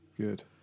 Good